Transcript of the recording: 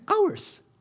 hours